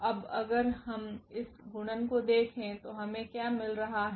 अब अगर हम इस गुणन को देखें तो हमें क्या मिल रहा है